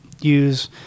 use